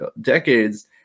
decades